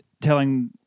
telling